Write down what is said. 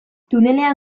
tunelean